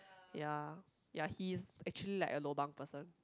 ya ya he's actually like a lobang person